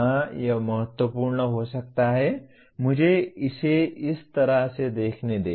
हां यह महत्वपूर्ण हो सकता है मुझे इसे इस तरह से देखने दें